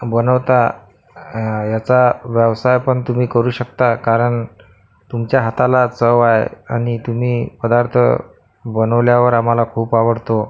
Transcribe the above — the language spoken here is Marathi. बनवता याचा व्यवसायपण तुम्ही करू शकता कारण तुमच्या हाताला चव आहे आणि तुम्हीपदार्थ बनवल्यावर आम्हाला खूप आवडतो